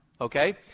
okay